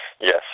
Yes